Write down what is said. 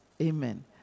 Amen